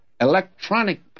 Electronic